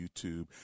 YouTube